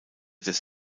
des